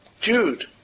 Jude